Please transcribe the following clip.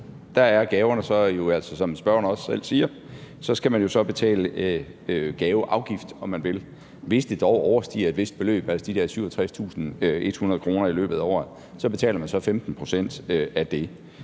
skal man, som spørgeren også selv siger, betale gaveafgift. Hvis det dog overstiger et vist beløb, altså de der 67.100 kr. i løbet af året, så betaler man 15 pct. af det.